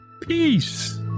peace